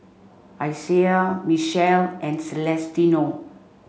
Isiah Michele and Celestino